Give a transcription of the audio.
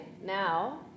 now